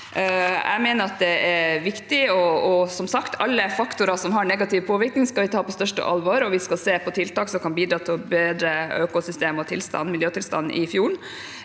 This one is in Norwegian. Jeg mener det er viktig, og vi skal som sagt ta alle faktorer som har negativ påvirkning, på største alvor. Vi skal se på tiltak som kan bidra til å bedre økosystemet og miljøtilstanden i fjorden.